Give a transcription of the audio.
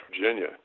Virginia